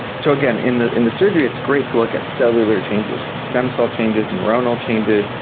so again, in the in the surgery it's great to look at cellular changes, stem cell changes, neuronal changes,